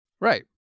Right